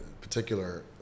particular